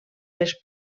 les